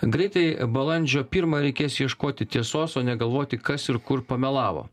greitai balandžio pirmą reikės ieškoti tiesos o ne galvoti kas ir kur pamelavo